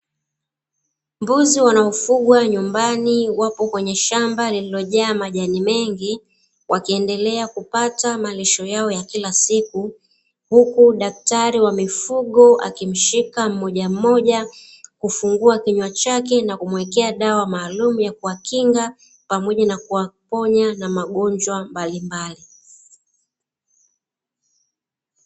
Mbuzi wanaofugwa nyumbani ,wapo kwenye shamba lililojaa majani mengi, wakiendelea kupata malisho yao ya kila siku, huku daktari wa mifugo akimshika mmoja mmoja, kufungua kinywa chake na kumuwekea dawa maaĺumu ya kuwakinga, pamoja na kuwaponya na magonjwa mbalimbali.